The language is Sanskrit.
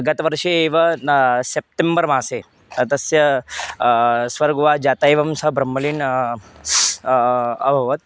गतवर्षे एव न सेप्टेम्बर् मासे तस्य स्वर्गवासं जातम् एवं सः ब्रह्मलीनम् अभवत्